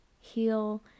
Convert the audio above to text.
heal